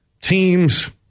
teams